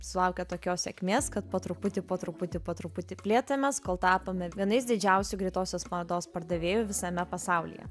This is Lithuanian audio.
sulaukė tokios sėkmės kad po truputį po truputį po truputį plėtėmės kol tapome vienais didžiausių greitosios mados pardavėjų visame pasaulyje